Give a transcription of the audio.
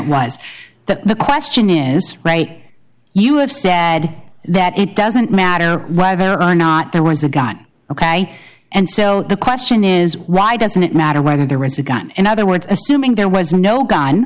that the question is may you have said that it doesn't matter whether or not there was a gun ok and so the question is why doesn't it matter whether there was a gun in other words assuming there was no gun